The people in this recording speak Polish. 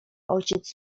ojciec